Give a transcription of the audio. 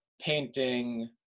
painting